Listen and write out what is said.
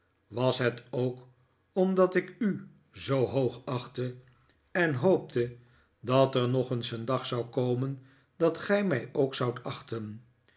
was het ook omdat ik u zoo hoogachtte en hoopte dat er nog eens een dag zou komen dat gij mij ook zoudt achten